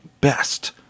best